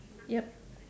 yup